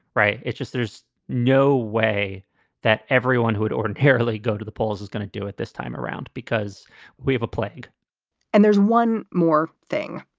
right. it's just there's no way that everyone who would ordinarily go to the polls is going to do it this time around because we have a plague and there's one more thing.